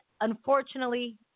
unfortunately